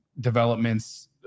developments